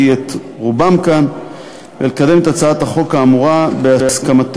את רובם כאן ולקדם את הצעת החוק האמורה בהסכמתנו,